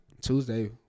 Tuesday